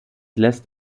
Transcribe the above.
lässt